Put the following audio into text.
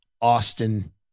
Austin